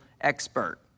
expert